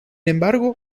embargo